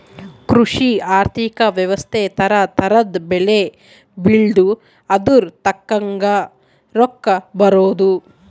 ಕೃಷಿ ಆರ್ಥಿಕ ವ್ಯವಸ್ತೆ ತರ ತರದ್ ಬೆಳೆ ಬೆಳ್ದು ಅದುಕ್ ತಕ್ಕಂಗ್ ರೊಕ್ಕ ಬರೋದು